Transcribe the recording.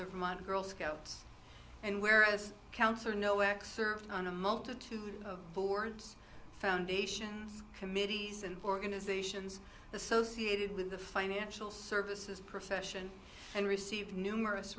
vermont girl scouts and where as counselor no x server on a multitude of boards foundations committees and organizations associated with the financial services profession and received numerous